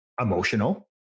emotional